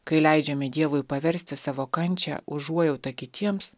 kai leidžiame dievui paversti savo kančią užuojauta kitiems